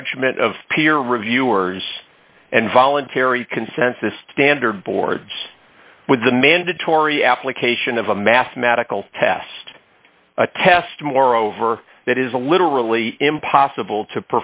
judgment of peer reviewers and voluntary consensus standard boards with the mandatory application of a mathematical test a test moreover that is a literally impossible to